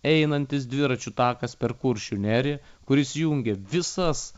einantis dviračių takas per kuršių neriją kuris jungia visas